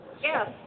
Yes